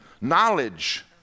knowledge